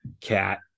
cat